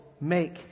make